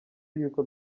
y’uko